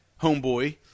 homeboy